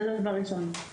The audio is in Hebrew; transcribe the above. זה דבר ראשון.